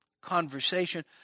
conversation